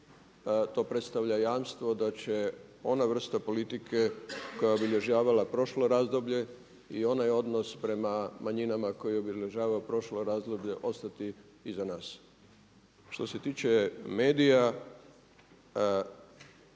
to predstavlja jamstvo da će ona vrsta politike koja je obilježavala prošlo razdoblje i onaj odnos prema manjinama koje obilježava prošlo razdoblje ostati iza nas. Što se tiče medija